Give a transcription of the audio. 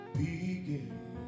begin